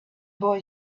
boy